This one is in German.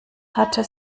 hatte